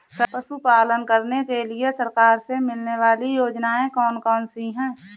पशु पालन करने के लिए सरकार से मिलने वाली योजनाएँ कौन कौन सी हैं?